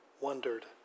wondered